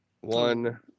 One